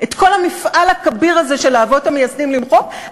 את כל המפעל הכביר הזה של האבות המייסדים למחוק,